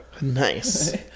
Nice